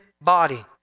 body